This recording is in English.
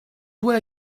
were